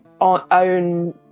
own